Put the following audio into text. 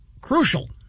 crucial